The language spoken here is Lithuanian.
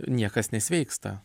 niekas nesveiksta